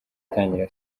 itangira